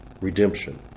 redemption